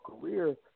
career